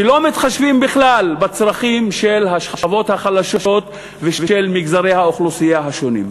שלא מתחשבים בכלל בצרכים של השכבות החלשות ושל מגזרי האוכלוסייה השונים.